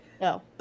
No